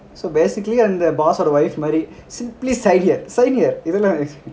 so basically அந்த:antha boss of the wife marry simply sign here sign here இதெல்லாம்:ithellam